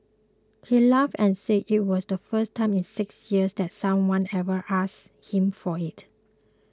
he laughed and said it was the first time in six years that someone ever asked him for it